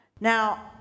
Now